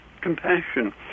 compassion